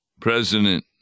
President